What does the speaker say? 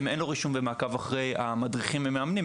אין רישום ומעקב אחרי המדריכים והמאמנים,